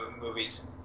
movies